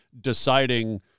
deciding